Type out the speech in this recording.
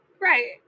Right